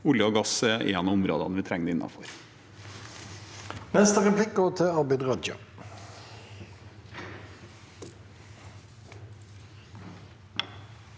Olje og gass er et av områdene vi trenger det på.